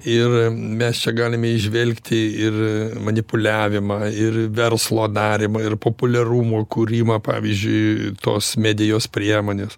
ir mes čia galime įžvelgti ir manipuliavimą ir verslo darymą ir populiarumo kūrimą pavyzdžiui tos medijos priemonės